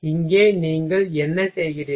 இங்கே நீங்கள் என்ன செய்கிறீர்கள்